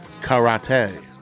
Karate